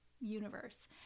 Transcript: universe